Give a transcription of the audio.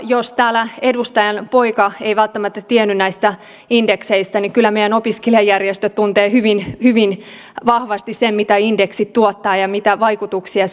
jos täällä edustajan poika ei välttämättä tiennyt näistä indekseistä niin kyllä meidän opiskelijajärjestöt tuntevat hyvin hyvin vahvasti sen mitä indeksit tuottavat ja mitä vaikutuksia